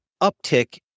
Uptick